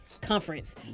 conference